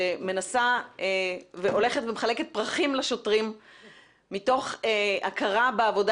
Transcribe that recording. שמנסה והולכת ומחלקת פרחים לשוטרים מתוך הכרה בעבודה